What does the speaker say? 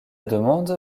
demande